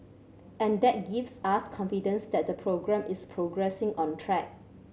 and that gives us confidence that the programme is progressing on track